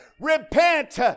repent